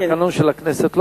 התקנון של הכנסת,